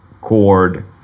chord